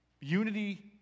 Unity